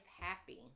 happy